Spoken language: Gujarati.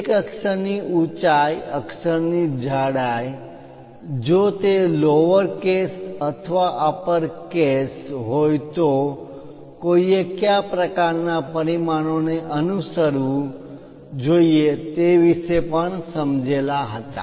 એક અક્ષર ની ઊંચાઈ અક્ષર ની જાડાઈ જો તે અક્ષર લોઅરકેસ નાના અક્ષર અથવા અપરકેસ મોટા કેપિટલ અક્ષર હોય તો કોઈએ કયા પ્રકારનાં પરિમાણોને અનુસરવું જોઈએ તે વિશે પણ સમજેલા હતા